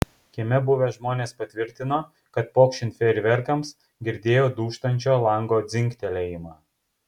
kieme buvę žmonės patvirtino kad pokšint fejerverkams girdėjo dūžtančio lango dzingtelėjimą